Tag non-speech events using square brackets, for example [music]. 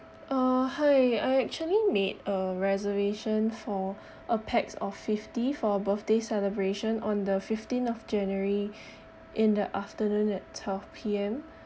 uh hi I actually made a reservation for a pax of fifty for birthday celebration on the fifteen of january [breath] in the afternoon at twelve P_M